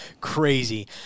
crazy